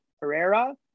Herrera